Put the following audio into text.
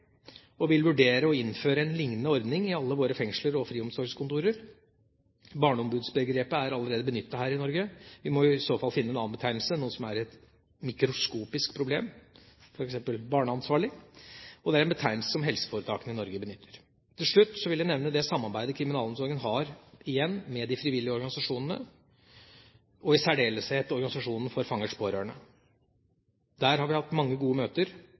og vil vurdere å innføre en liknende ordning i alle våre fengsler og friomsorgskontorer. Barneombudsbegrepet er allerede benyttet her i Norge. Vi må i så fall finne en annen betegnelse – noe som er et mikroskopisk problem – f.eks. barneansvarlige, og det er en betegnelse som helseforetakene i Norge benytter. Til slutt vil jeg igjen nevne det samarbeidet kriminalomsorgen har med de frivillige organisasjonene, og i særdeleshet organisasjonen For Fangers Pårørende. Vi har hatt mange gode møter,